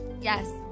Yes